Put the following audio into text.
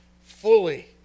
fully